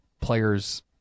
players